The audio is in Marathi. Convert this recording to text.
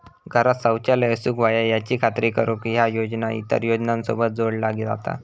घरांत शौचालय असूक व्हया याची खात्री करुक ह्या योजना इतर योजनांसोबत जोडला जाता